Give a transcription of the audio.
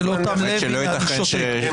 זה לא תום לב ותעניש אותי.